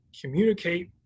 communicate